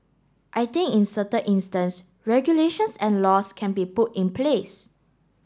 I think in certain instance regulations and laws can be put in place